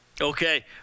Okay